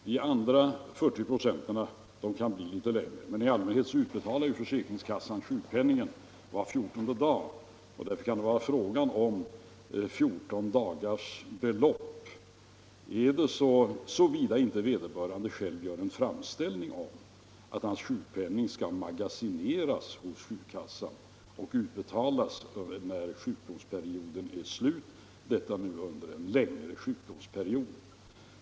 Återstående 40 96 kan gälla litet längre sjukdomsperioder, men i allmänhet utbetalar försäkringskassorna sjukpenningen var fjortonde dag, såvida inte vederbörande själv gör en framställning om att hans sjukpenning skall magasineras hos sjukkassan och utbetalas när sjukdomsperioden är slut efter en längre sjukdomsperiod.